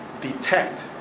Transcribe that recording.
detect